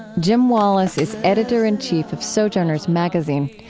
jim wallis is editor-in-chief of sojourners magazine.